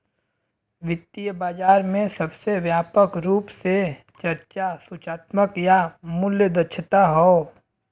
वित्तीय बाजार में सबसे व्यापक रूप से चर्चा सूचनात्मक या मूल्य दक्षता हौ